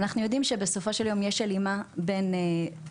אנחנו יודעים שבסופו של יום יש הלימה בין כמות